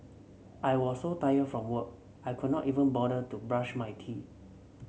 I was so tired from work I could not even bother to brush my teeth